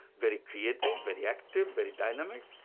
very creative, very active, very dynamic.